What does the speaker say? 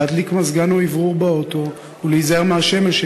להדליק מזגן או אוורור באוטו ולהיזהר מהשמש,